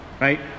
right